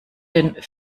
den